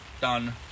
done